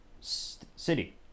city